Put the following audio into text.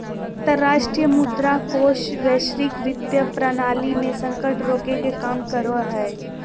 अंतरराष्ट्रीय मुद्रा कोष वैश्विक वित्तीय प्रणाली मे संकट रोके के काम करो हय